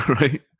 right